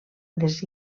les